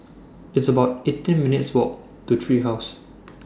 It's about eighteen minutes' Walk to Tree House